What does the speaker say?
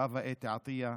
חוה אתי עטייה,